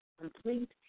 complete